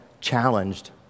challenged